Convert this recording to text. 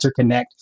interconnect